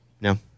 No